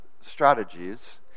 strategies